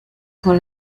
con